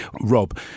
Rob